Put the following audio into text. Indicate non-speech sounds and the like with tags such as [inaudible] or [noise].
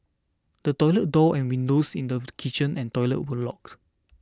the toilet door and windows in the [noise] kitchen and toilet were locked